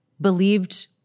believed